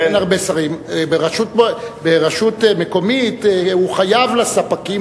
ברשות מקומית הוא חייב לספקים,